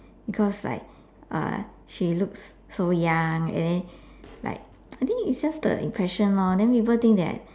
because like uh she looks so young and then like I think it's just the impression lor then people think that